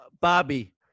Bobby